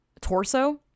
torso